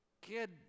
kid